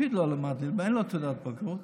לפיד לא למד ליבה, אין לו תעודת בגרות,